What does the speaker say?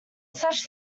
such